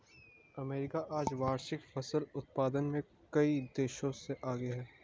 America आज वार्षिक फसल उत्पादन में कई देशों से आगे है